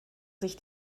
sich